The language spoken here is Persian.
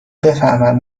بفهمن